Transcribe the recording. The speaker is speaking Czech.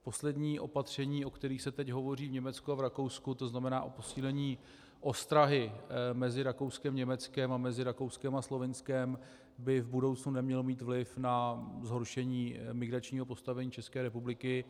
Poslední opatření, o kterých se teď hovoří v Německu a v Rakousku, to znamená o posílení ostrahy mezi Rakouskem, Německem a mezi Rakouskem a Slovinskem by v budoucnu nemělo mít vliv na zhoršení migračního postavení České republiky.